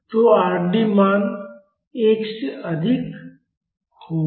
तो Rd मान 1 से अधिक होगा